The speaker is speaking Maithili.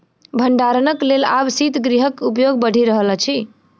भंडारणक लेल आब शीतगृहक उपयोग बढ़ि रहल अछि